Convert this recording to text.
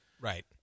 Right